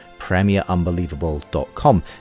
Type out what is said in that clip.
premierunbelievable.com